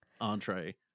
entree